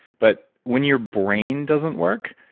but when your brain doesn't work,